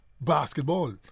basketball